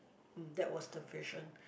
that was the vision